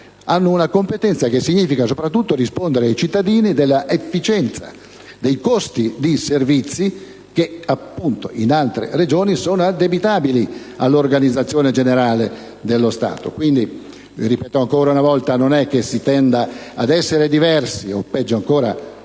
Hanno una competenza che significa soprattutto rispondere ai cittadini dell'efficienza, dei costi di servizi che appunto in altre Regioni sono addebitabili all'organizzazione generale dello Stato. Quindi, ripeto ancora una volta che non è che si tenda ad essere diversi o peggio ancora unici,